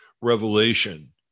revelation